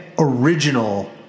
original